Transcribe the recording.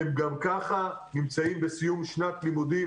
הם גם ככה נמצאים בסיום שנת לימודים